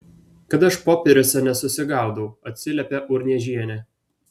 kad aš popieriuose nesusigaudau atsiliepė urniežienė